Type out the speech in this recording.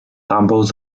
tumbles